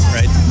right